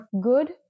good